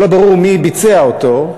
שלא ברור מי ביצע אותו,